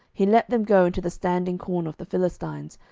he let them go into the standing corn of the philistines,